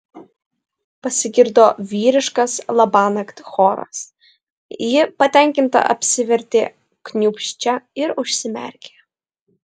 pasigirdo vyriškas labanakt choras ji patenkinta apsivertė kniūbsčia ir užsimerkė